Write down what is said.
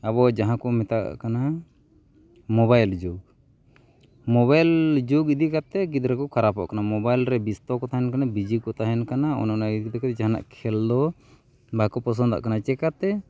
ᱟᱵᱚ ᱡᱟᱦᱟᱸ ᱠᱚ ᱢᱮᱛᱟᱜ ᱠᱟᱱᱟ ᱢᱳᱵᱟᱭᱤᱞ ᱡᱩᱜᱽ ᱢᱳᱵᱟᱭᱤᱞ ᱡᱩᱜᱽ ᱤᱫᱤ ᱠᱟᱛᱮ ᱜᱤᱫᱽᱨᱟᱹ ᱠᱚ ᱠᱷᱟᱨᱟᱯᱚᱜ ᱠᱟᱱᱟ ᱢᱳᱵᱟᱭᱤᱞ ᱨᱮ ᱵᱮᱥᱛᱚ ᱠᱚ ᱛᱟᱦᱮᱱ ᱠᱟᱱᱟ ᱵᱤᱡᱤ ᱠᱚ ᱛᱟᱦᱮᱱ ᱠᱟᱱᱟ ᱚᱱ ᱚᱱᱟ ᱠᱟᱛᱮ ᱡᱟᱦᱟᱱᱟᱜ ᱠᱷᱮᱞ ᱫᱚ ᱵᱟᱠᱚ ᱯᱚᱥᱚᱸᱫᱟᱜ ᱠᱟᱱᱟ ᱪᱤᱠᱟᱹᱛᱮ